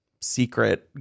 secret